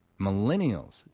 millennials